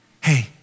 Hey